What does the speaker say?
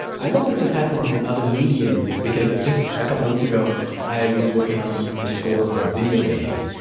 i love that this happens in other mediums because just a couple weeks ago i was working on the score for a video game,